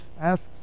ask